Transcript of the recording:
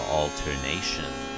alternation